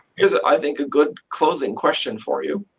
here's i think a good closing question for you.